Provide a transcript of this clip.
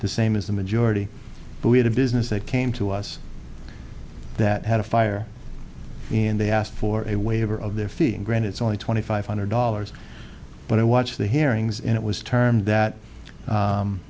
the same as the majority but we had a business that came to us that had a fire and they asked for a waiver of their fifteen grand it's only twenty five hundred dollars but i watched the hearings and it was termed that